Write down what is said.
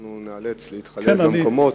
אנחנו ניאלץ להתחלף במקומות,